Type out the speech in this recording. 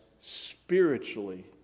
spiritually